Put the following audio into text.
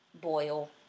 boil